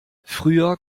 früher